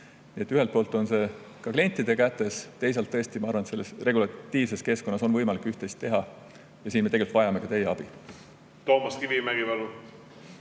Nii et ühelt poolt on see klientide kätes, teisalt on ka selles regulatiivses keskkonnas võimalik üht-teist teha. Ja siin me tegelikult vajame ka teie abi. Toomas Kivimägi, palun!